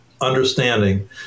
Understanding